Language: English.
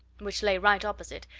which lay right opposite,